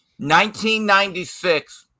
1996